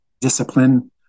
discipline